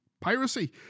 piracy